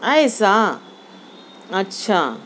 ایسا اچھا